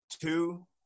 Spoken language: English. Two